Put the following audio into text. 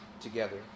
together